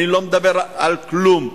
אני לא מדבר על כלום.